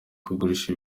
kugurisha